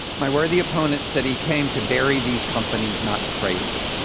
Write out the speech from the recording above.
my worthy opponent said he came to bury these companies, not to praise them.